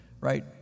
right